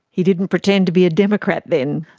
he didn't pretend to be a democrat then.